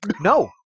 No